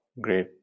great